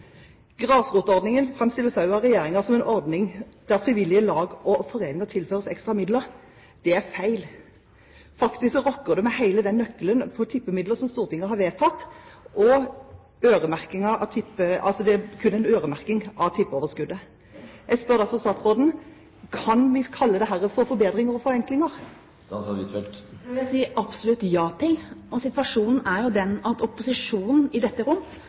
Grasrotordningen framstilles også av regjeringen som en ordning der frivillige lag og foreninger tilføres ekstra midler. Det er feil. Faktisk rokker det ved hele nøkkelen for tippemidler som Stortinget har vedtatt. Det er kun en øremerking av tippeoverskuddet. Jeg spør derfor statsråden: Kan vi kalle dette forbedringer og forenklinger? Det vil jeg si absolutt ja til. Og situasjonen er jo den at opposisjonen i dette rom